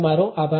તમારો આભાર